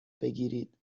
بگیرید